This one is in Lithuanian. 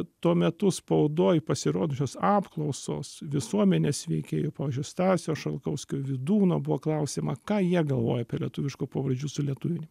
tuo metu spaudoj pasirodžiusios apklausos visuomenės veikėjų pavyzdžiui stasio šalkauskio vydūno buvo klausiama ką jie galvoja apie lietuviškų pavardžių sulietuvinimą